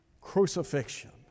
crucifixion